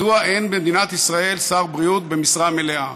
מדוע אין במדינת ישראל שר בריאות במשרה מלאה?